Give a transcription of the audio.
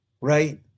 right